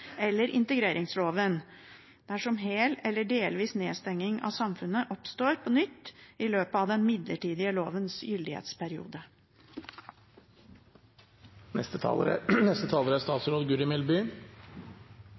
eller integreringsloven, dersom hel eller delvis nedstenging av samfunnet oppstår på nytt i løpet av den midlertidige lovens gyldighetsperiode.